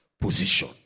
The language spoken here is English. position